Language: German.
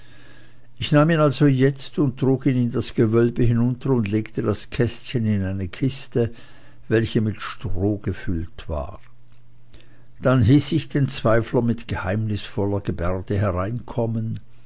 ich nahm ihn also jetzt und trug ihn in das gewölbe hinunter und legte das kästchen in eine kiste welche mit stroh gefüllt war dann hieß ich den zweifler mit geheimnisvoller gebärde hereinkommen